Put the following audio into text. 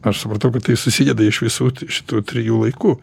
aš supratau kad tai susideda iš visų šitų trijų laikų